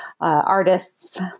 artists